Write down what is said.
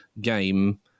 game